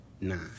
nine